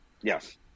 Yes